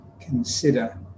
consider